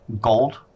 gold